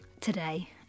today